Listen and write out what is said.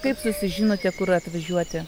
kaip susižinote kur atvažiuoti